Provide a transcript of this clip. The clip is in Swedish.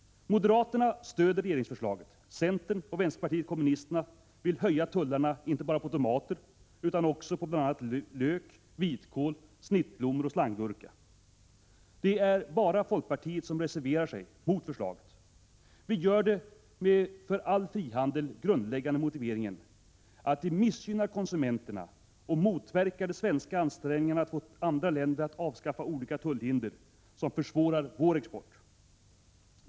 Moderaterna stöder regeringsförslaget. Centern och vpk vill höja tullarna inte bara på tomater utan också på bl.a. lök, vitkål, snittblommor och slanggurka. Det är bara folkpartiet som reserverar sig mot förslaget. Vi gör det med den för all frihandel grundläggande motiveringen att det missgynnar konsumenterna och motverkar de svenska ansträngningarna att få andra länder att avskaffa olika tullhinder som försvårar vår export.